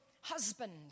husband